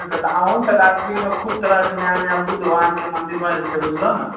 अच्छ तऽ आहूँ तऽ राजगीर ने खूब तरहकेँ नया नया बुद्ध भगवानकेँ मन्दिर बनल छै बुझलहो ने